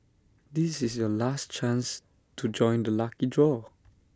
this is your last chance to join the lucky draw